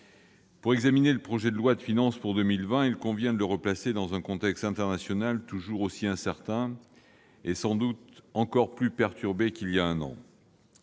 pour examiner le projet de loi de finances pour 2020, il convient de le replacer dans un contexte international toujours aussi incertain et sans doute encore plus perturbé qu'il y a un an.